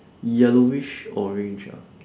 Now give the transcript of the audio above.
yellowish orange ah